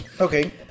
Okay